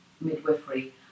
midwifery